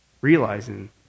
Realizing